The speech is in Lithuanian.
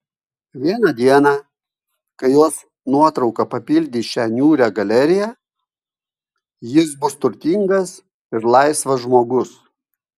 vieną dieną kai jos nuotrauka papildys šią niūrią galeriją jis bus turtingas ir laisvas žmogus